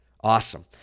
Awesome